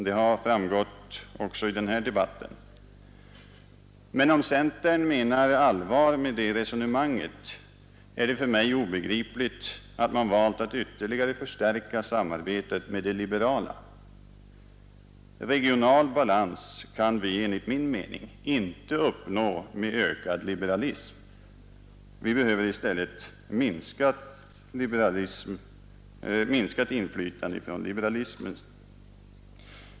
Det har framgått även i den här debatten. Om centern menar allvar med det resonemanget, är det för mig obegripligt att man valt att ytterligare förstärka samarbetet med de liberala. Regional balans kan vi, enligt min mening, inte uppnå med ökad liberalism. Vi behöver i stället minska inflytandet från liberalismen.